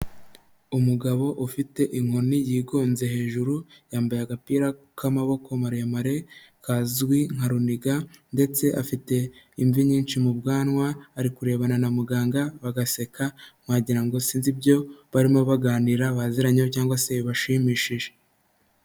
Umugabo ufite inkoni yigonze hejuru yambaye agapira k'amaboko maremare kazwi nka runiga ndetse afite imvi nyinshi mu bwanwa ari kurebana na muganga bagaseka wagira ngo sinzi ibyo barimo baganira baziranye cyangwa se bibashimishije.